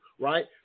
right